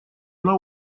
она